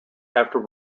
after